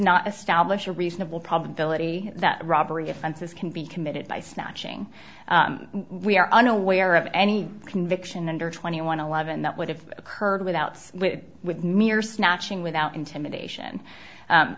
not establish a reasonable probability that robbery offenses can be committed by snatching we are unaware of any conviction under twenty one eleven that would have occurred without with mere snatching without intimidation